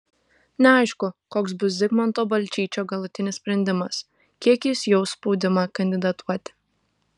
neaišku koks bus zigmanto balčyčio galutinis sprendimas kiek jis jaus spaudimą kandidatuoti